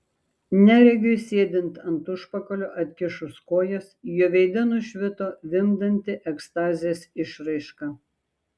neregiui sėdint ant užpakalio atkišus kojas jo veide nušvito vimdanti ekstazės išraiška